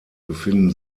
befinden